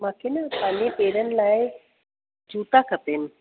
मूंखे न पंहिंजे पेरनि लाइ जूता खपनि